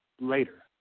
later